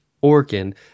organ